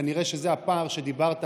כנראה שזה הפער שדיברת עליו.